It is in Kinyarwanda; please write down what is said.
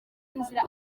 nzira